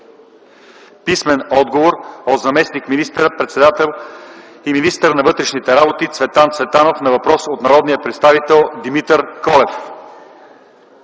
Великов; - от заместник министър-председателя и министър на вътрешните работи Цветан Цветанов на въпрос от народния представител Димитър Колев;